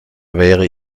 wäre